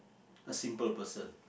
a simple person